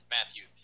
Matthew